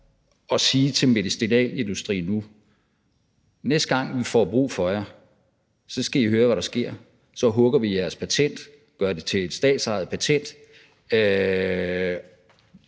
nu siger til medicinalindustrien: Næste gang vi får brug for jer, så skal I høre, hvad der sker, så hugger vi jeres patent og gør det til et statsejet patent.